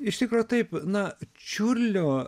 iš tikro taip na čiurlio